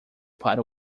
para